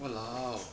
!walao!